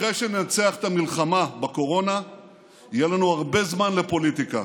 אחרי שננצח במלחמה בקורונה יהיה לנו הרבה זמן לפוליטיקה,